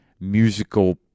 musical